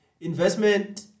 Investment